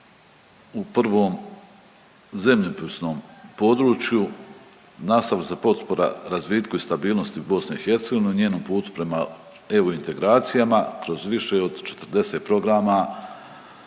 u prvom zemljopisnom području nastavila se potpora razvitku i stabilnosti BiH na njenom putu prema EU integracijama kroz više od 40 programa,